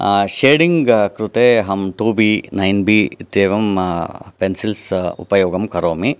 shading कृते अहं two B nine B इत्येवं पेन्सिल्स् उपयोगं करोमि